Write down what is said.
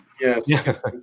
Yes